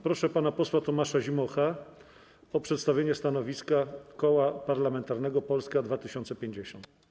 Proszę pana posła Tomasza Zimocha o przedstawienie stanowiska Koła Parlamentarnego Polska 2050.